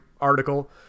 article